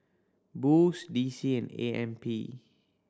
Boost D C and A M P